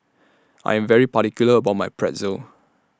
I Am very particular about My Pretzel